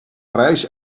parijs